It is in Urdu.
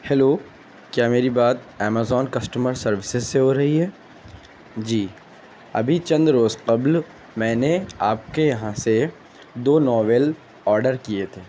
ہیلو کیا میری بات ایمیزون کسٹمر سروسز سے ہو رہی ہے جی ابھی چند روز قبل میں نے آپ کے یہاں سے دو ناول آرڈر کیے تھے